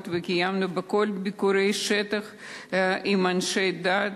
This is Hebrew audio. וקיימנו בכל ביקורי השטח שיחה עם אנשי דת,